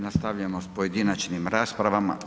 Nastavljamo s pojedinačnim raspravama.